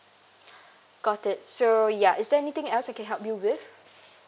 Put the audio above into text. got it so ya is there anything else I can help you with